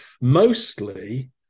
mostly